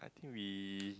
I think we